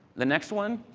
the next one,